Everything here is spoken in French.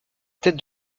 tête